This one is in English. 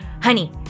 honey